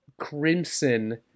crimson